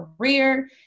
career